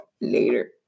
later